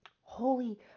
holy